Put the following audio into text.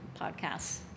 podcasts